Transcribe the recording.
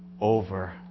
over